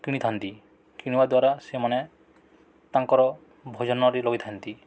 କିଣିଥାନ୍ତି କିଣିବା ଦ୍ୱାରା ସେମାନେ ତାଙ୍କର ଭୋଜନରେ ଲଗେଇଥାନ୍ତି